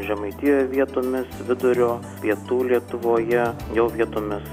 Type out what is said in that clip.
žemaitijoje vietomis vidurio pietų lietuvoje jau vietomis